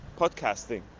podcasting